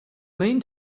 mean